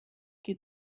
qui